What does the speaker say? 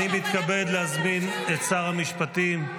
אני מתכבד להזמין את שר המשפטים,